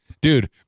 Dude